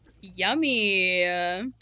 Yummy